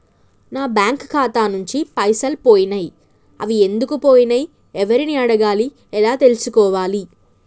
నా బ్యాంకు ఖాతా నుంచి పైసలు పోయినయ్ అవి ఎందుకు పోయినయ్ ఎవరిని అడగాలి ఎలా తెలుసుకోవాలి?